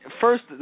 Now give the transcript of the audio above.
First